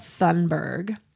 thunberg